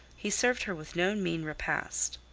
he served her with no mean repast,